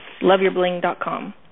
loveyourbling.com